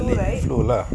flu lah